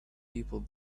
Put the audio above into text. people